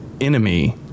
enemy